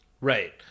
Right